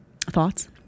Thoughts